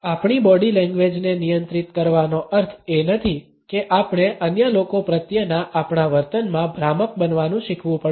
આપણી બોડી લેંગ્વેજને નિયંત્રિત કરવાનો અર્થ એ નથી કે આપણે અન્ય લોકો પ્રત્યેના આપણા વર્તનમાં ભ્રામક બનવાનું શીખવું પડશે